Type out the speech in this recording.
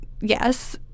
yes